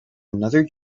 another